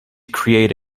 create